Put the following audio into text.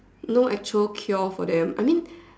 no actual cure for them I mean